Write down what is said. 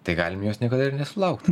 tai galim jos niekada nesulaukti